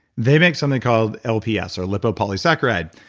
they make something called lps or lipopolysaccharides,